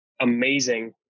amazing